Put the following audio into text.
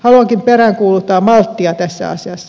haluankin peräänkuuluttaa malttia tässä asiassa